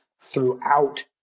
throughout